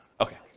Okay